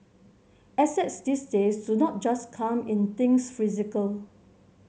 assets these days do not just come in things physical